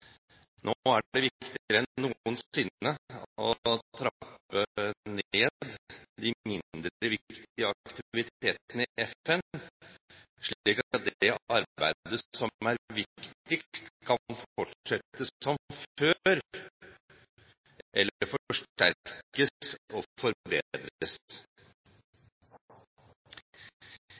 Nå er det viktigere enn noensinne å trappe ned de mindre viktige aktivitetene i FN, slik at det arbeidet som er viktigst, kan fortsette som før eller forsterkes og forbedres.